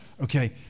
okay